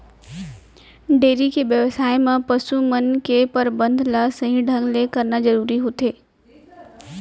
dairy के बेवसाय म पसु मन के परबंध ल सही ढंग ले करना जरूरी होथे